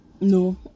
No